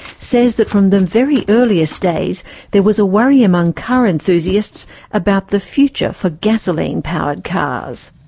says that from the very earliest days there was a worry among car enthusiasts about the future for gasoline powered cars.